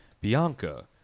Bianca